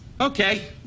Okay